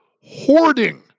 hoarding